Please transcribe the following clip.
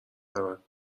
رود